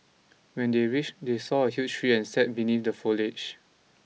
when they reached they saw a huge tree and sat beneath the foliage